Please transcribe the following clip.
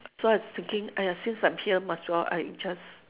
so I was thinking !aiya! since I'm here might as well I just